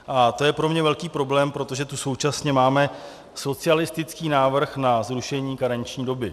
A to je pro mě velký problém, protože tu současně máme socialistický návrh na zrušení karenční doby.